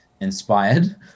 inspired